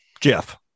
Jeff